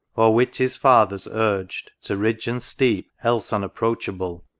o'er which his fathers urged, to ridge and steep else unapproachable,